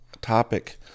topic